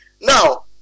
Now